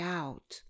out